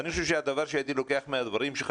אני חושב שהדבר שהייתי לוקח מהדברים שלך,